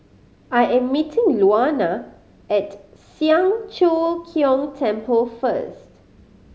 I am meeting Luana at Siang Cho Keong Temple first